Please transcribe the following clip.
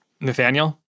Nathaniel